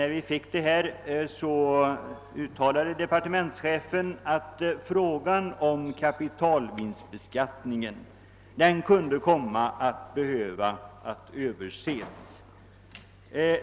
Redan då uttalade departementschefen att frågan om kapitalvinstbeskattningen kunde behöva överses.